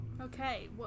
Okay